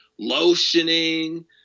lotioning